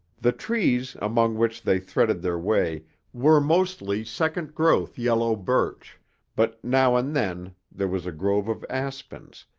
the trees among which they threaded their way were mostly second-growth yellow birch but now and then there was a grove of aspens,